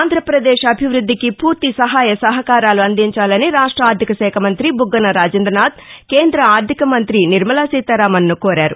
ఆంధ్రాపదేశ్ అభివృద్దికి పూర్తి సహాయ సహకారాలు అందించాలని రాష్ట ఆర్థిక శాఖ మంత్రి బుగ్గన రాజేంద్రనాధ్ కేంద్ర ఆర్టిక మంతి నిర్మలా సీతారామన్ ను కోరారు